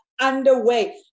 underway